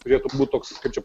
turėtų būt toks kad čia